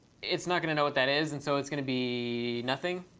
it's not going to know what that is. and so it's going to be nothing.